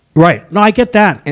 right. no, i get that.